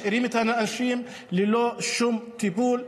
משאירים את האנשים ללא שום טיפול.